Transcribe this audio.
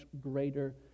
greater